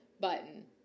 button